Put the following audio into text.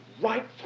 right